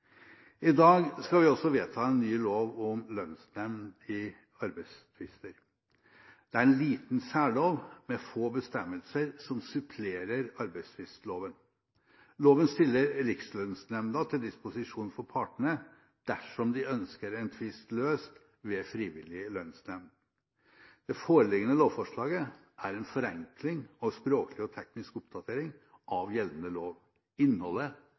I dag skal vi også vedta en ny lov om lønnsnemnd i arbeidstvister. Det er en liten særlov med få bestemmelser som supplerer arbeidstvistloven. Loven stiller Rikslønnsnemnda til disposisjon for partene dersom de ønsker en tvist løst ved frivillig lønnsnemnd. Det foreliggende lovforslaget er en forenkling og språklig og teknisk oppdatering av gjeldende lov. Innholdet